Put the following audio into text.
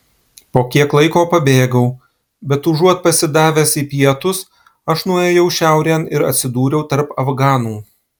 po kiek laiko pabėgau bet užuot pasidavęs į pietus aš nuėjau šiaurėn ir atsidūriau tarp afganų